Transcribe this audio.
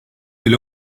bile